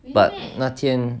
but 那天